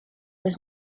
was